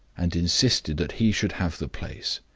and insisted that he should have the place.